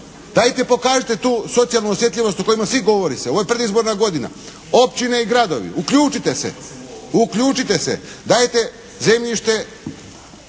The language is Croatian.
dajte pokažite tu socijalnu osjetljivost o kojima svi govori se. Ovo je predizborna godina. Općine i gradovi, uključite se. Uključite se. Dajte zemljište